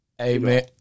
Amen